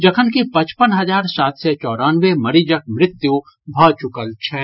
जखनकि पचपन हजार सात सय चौरानवे मरीजक मृत्यु भऽ चुकल छनि